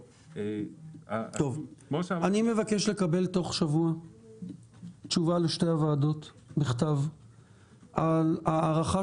אני מבקש לקבל תוך שבוע תשובה בכתב לשתי הוועדות על ההערכה